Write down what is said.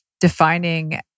defining